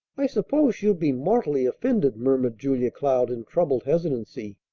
i suppose she'll be mortally offended, murmured julia cloud in troubled hesitancy.